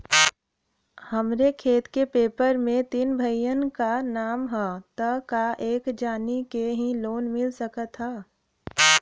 हमरे खेत के पेपर मे तीन भाइयन क नाम ह त का एक जानी के ही लोन मिल सकत ह?